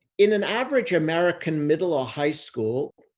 in an average american middle or high school,